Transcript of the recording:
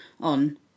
on